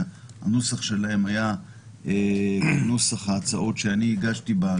שהנוסח שלהם היה דומה לנוסח ההצעות שאני הגשתי בכנסות הקודמות.